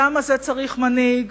והעם הזה צריך מנהיג,